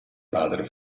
padre